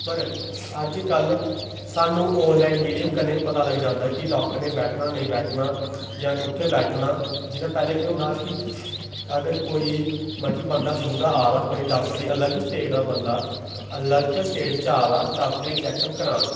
पर अजकल्ल सानूं आन लाइन मीडियम कन्नै गै पता लग जांदा ऐ कि डाक्टर ने बैठना नेईं बैठना जां कु'त्थै बैठना जि'यां पैह्लें केह् होंदा हा कि अगर कोई मतलब कि बंदा दूरा आ दा कोई डाक्टर अलग स्टेट दा बंदा अलग स्टेट च आ दा डाक्टरै गी चैक्कअप करान